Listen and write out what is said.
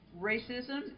racism